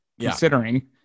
considering